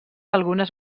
algunes